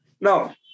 Now